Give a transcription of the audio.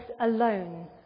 alone